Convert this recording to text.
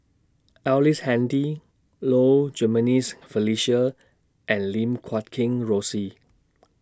Ellice Handy Low Jimenez Felicia and Lim Guat Kheng Rosie